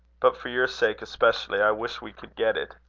but for your sake, especially, i wish we could get it.